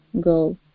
go